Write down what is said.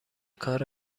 کار